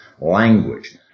language